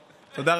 תיקים.